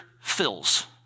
fills